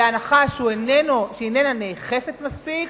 בהנחה שהיא איננה נאכפת מספיק,